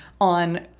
on